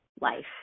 life